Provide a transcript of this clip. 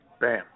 Bam